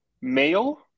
Male